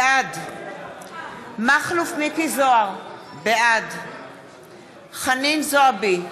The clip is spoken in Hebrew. בעד מכלוף מיקי זוהר, בעד חנין זועבי,